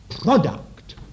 product